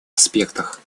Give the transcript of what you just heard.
аспектах